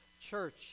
church